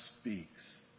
speaks